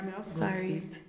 sorry